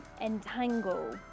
entangle